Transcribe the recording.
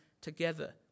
together